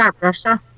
Russia